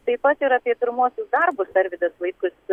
taip pat ir apie pirmuosius darbus arvydas vaitkus